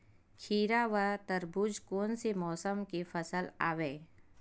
खीरा व तरबुज कोन से मौसम के फसल आवेय?